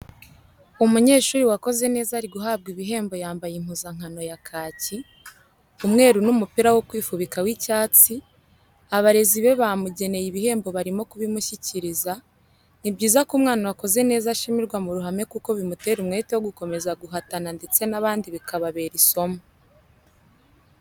Umunyeshuri wakoze neza ari guhabwa ibihembo yambaye impuzankano ya kaki, umweru n'umupira wo kwifubika w'icyatsi, abarezi be bamugeneye ibihembo barimo kubimushyikiriza, ni byiza ko umwana wakoze neza ashimirwa mu ruhame kuko bimutera umwete wo gukomeza guhatana ndetse n'abandi bikababera isomo.